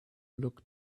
look